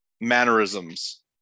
mannerisms